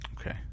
Okay